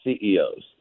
CEOs